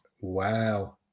Wow